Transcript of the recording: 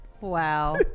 Wow